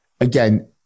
again